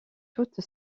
toute